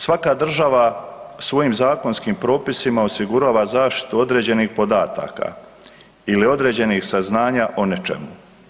Svaka država svojim zakonskim propisima osigurava zaštitu određenih podataka ili određenih saznanja o nečemu.